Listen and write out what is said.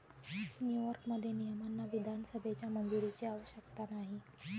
न्यूयॉर्कमध्ये, नियमांना विधानसभेच्या मंजुरीची आवश्यकता नाही